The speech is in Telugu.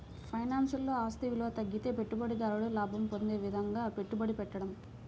ఫైనాన్స్లో, ఆస్తి విలువ తగ్గితే పెట్టుబడిదారుడు లాభం పొందే విధంగా పెట్టుబడి పెట్టడం